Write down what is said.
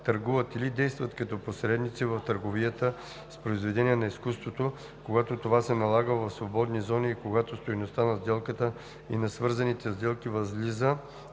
или действат като посредници в търговията с произведения на изкуството, когато това се извършва в свободни зони и когато стойността на сделката или на свързаните сделки възлиза